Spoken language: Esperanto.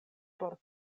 por